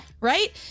Right